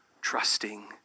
trusting